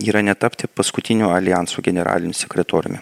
yra netapti paskutiniu aljanso generaliniu sekretoriumi